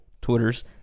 Twitters